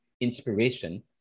inspiration